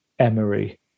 Emery